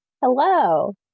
Hello